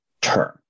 term